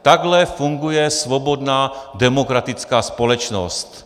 Takhle funguje svobodná demokratická společnost.